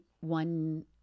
one